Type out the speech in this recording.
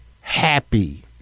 happy